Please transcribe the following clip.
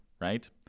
right